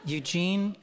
Eugene